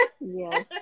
Yes